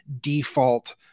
default